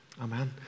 amen